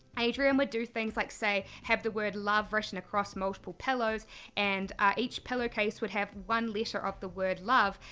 adrian would do things like, say, have the word love written across multiple pillows and each pillowcase would have one letter of the word love,